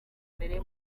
mbere